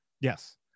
Yes